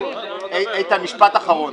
איתן, משפט אחרון.